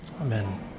Amen